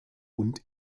und